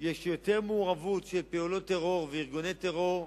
יש יותר מעורבות של פעולות טרור וארגוני טרור,